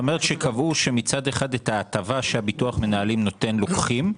זאת אומרת שקבעו שמצד אחד את ההטבה שהביטוח המנהלים נותן דוחים,